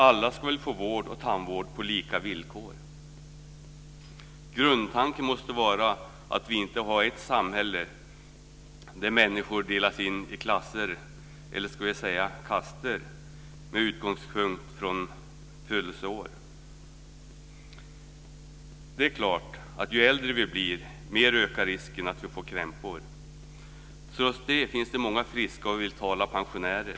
Alla ska få vård och tandvård på lika villkor. Grundtanken måste vara att vi inte ska ha ett samhälle där människor delas i klasser - eller ska vi säga kaster - med utgångspunkt från födelseår. Det är klart att ju äldre vi blir, desto mer ökar risken att vi får krämpor. Trots det finns det många friska och vitala pensionärer.